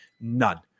none